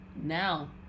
Now